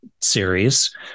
series